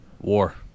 war